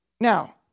Now